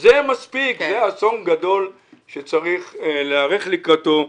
זה אסון גדול שצריך להיערך לקראתו.